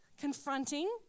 confronting